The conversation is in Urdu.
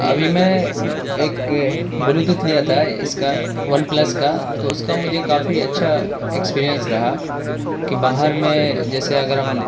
ابھی میں ایک بلوتوتھ لیا تھا اس کا ون پلس کا تو اس کا مجھے کافی اچھا ایکسپیریئنس رہا کہ باہرمیں جیسے اگر ہم